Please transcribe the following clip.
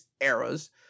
era's